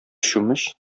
чүмеч